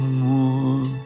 more